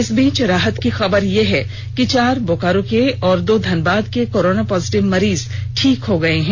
इस बीच राहत की खबर यह है कि चार बोकारो के और दो धनबाद के कोरोना पॉजिटिव मरीज ठीक हुए हैं